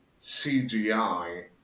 CGI